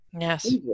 Yes